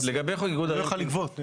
אז הוא יוכל לגבות.